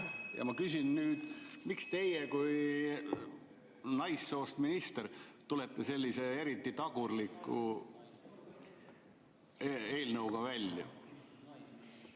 Ja ma küsin nüüd: miks teie, naissoost minister, tulete sellise eriti tagurliku eelnõuga välja?